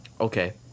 Okay